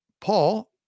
Paul